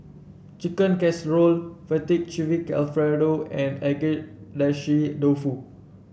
Chicken Casserole Fettuccine Alfredo and Agedashi Dofu